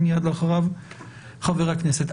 ומייד לאחריו חבר הכנסת.